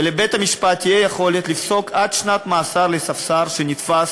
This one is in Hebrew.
ולבית-המשפט תהיה יכולת לפסוק עד שנת מאסר לספסר שנתפס